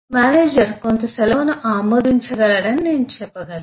manager కొంత సెలవును ఆమోదించగలడని నేను చెప్పగలను